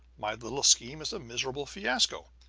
my little scheme is a miserable fiasco!